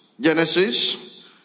Genesis